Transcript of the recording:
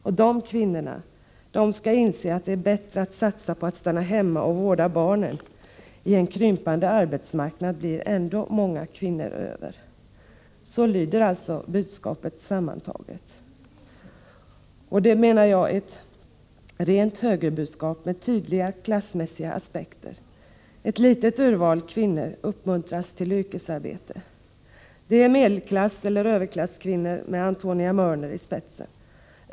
Och de kvinnorna skall inse att det är bättre att satsa på att stanna hemma och vårda barnen. I en krympande arbetsmarknad blir ändå många kvinnor över. Så lyder alltså budskapet sammantaget. Det menar jag är ett rent högerbudskap, med tydliga klassmässiga aspekter. Ett litet urval kvinnor uppmuntras till yrkesarbete. Det är medelklasseller överklasskvinnor med Antonia Mörner i spetsen.